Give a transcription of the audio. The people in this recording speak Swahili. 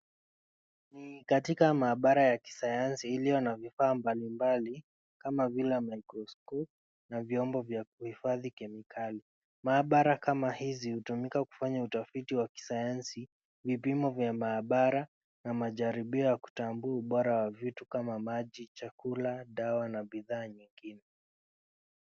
Ni katika mahabara ya kisayansi iliyo na vifaa mbalimbali kama vile mikriskopu na vyombo vya kuhifadhi kemikali. Mahabara kama hizi hutumika kufanya utafiti wa kisayansi, vipimo vya mahabara na majaribio ya kutambua ubora wa vitu kama maji, chakula, dawa na bidhaa nyingine.